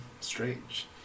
Strange